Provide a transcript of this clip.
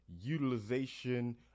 utilization